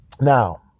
Now